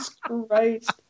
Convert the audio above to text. Christ